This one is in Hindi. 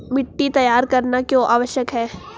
मिट्टी तैयार करना क्यों आवश्यक है?